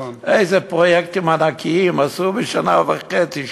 איזה פרויקטים ענקיים עשו בשנה וחצי,